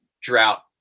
drought